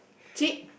cheat